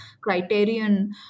criterion